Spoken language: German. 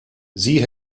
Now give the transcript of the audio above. sie